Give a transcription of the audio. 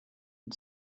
and